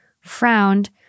frowned